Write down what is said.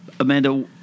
Amanda